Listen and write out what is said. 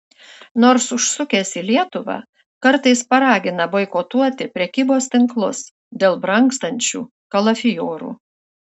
nors užsukęs į lietuvą kartais paragina boikotuoti prekybos tinklus dėl brangstančių kalafiorų